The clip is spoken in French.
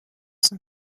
son